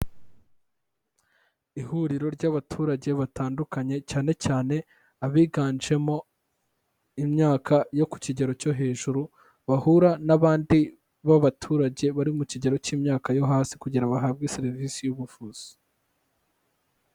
Ihuriro ry'abaturage batandukanye cyane cyane, abiganjemo imyaka yo ku kigero cyo hejuru, bahura n'abandi b'abaturage bari mu kigero cy'imyaka yo hasi kugira bahabwe serivisi y'ubuvuzi.